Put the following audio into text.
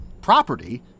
property